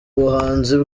buhanzi